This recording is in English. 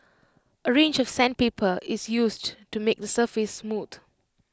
A range of sandpaper is used to make the surface smooth